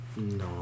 No